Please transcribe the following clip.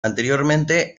anteriormente